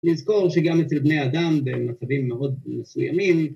לזכור שגם אצל בני אדם במצבים מאוד מסוימים